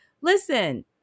listen